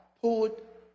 put